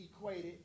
equated